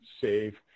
save